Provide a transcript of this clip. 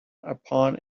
upon